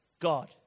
God